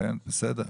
בסדר,